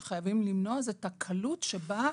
אחד הדברים שחייבים למנוע את הקלות שבה,